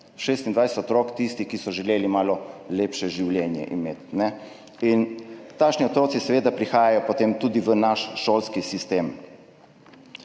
26 otrok, tistih, ki so želeli malo lepše življenje imeti. Takšni otroci seveda prihajajo potem tudi v naš šolski sistem.